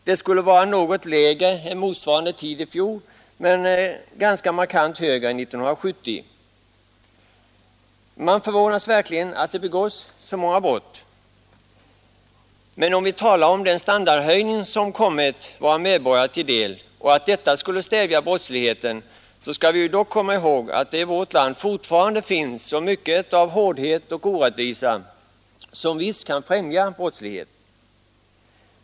Det skulle vara något lägre än motsvarande tid i fjol men ganska markant högre än 1970. Man förvånas verkligen över att det begås så många brott. Men om vi talar om den standardhöjning som kommit våra medborgare till del och att detta skulle stävja brottsligheten, så skall vi dock komma ihåg att det i vårt samhälle fortfarande finns t kan främja brottslighet.